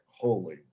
holy